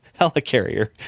helicarrier